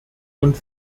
und